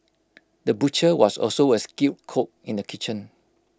the butcher was also A skilled cook in the kitchen